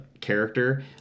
character